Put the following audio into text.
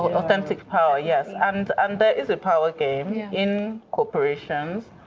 but authentic power. yes. and and there is a power game in corporations.